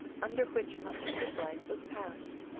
under which much of his life was passed.